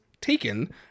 Taken